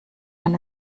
man